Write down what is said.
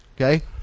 Okay